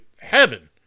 heaven